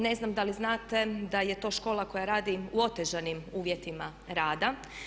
Ne znam da li znate da je to škola koja radi u otežanim uvjetima rada.